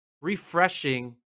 refreshing